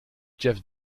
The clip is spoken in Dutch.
jeff